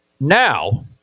Now